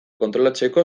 kontrolatzeko